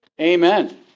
Amen